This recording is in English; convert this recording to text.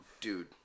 dude